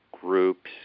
groups